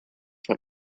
from